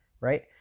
right